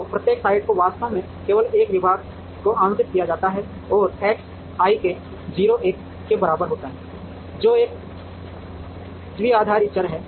तो प्रत्येक साइट को वास्तव में केवल एक विभाग को आवंटित किया जाता है और एक्स ik 0 1 के बराबर होता है जो एक द्विआधारी चर है